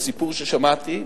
סיפור ששמעתי,